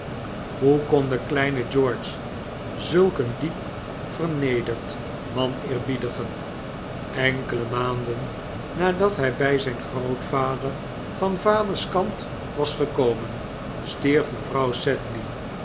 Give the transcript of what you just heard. hoe kon de kleine george zulk een diep vernederd man eerbiedigen enkele maanden nadat hij bij zijn grootvader van vaderskant was gekomen stierf mevrouw sedley